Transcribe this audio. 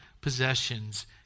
possessions